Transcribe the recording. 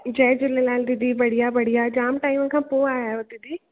जय झूलेलाल दीदी बढ़िया बढ़िया जामु टाइम खां पोइ आया आहियो दीदी